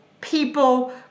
people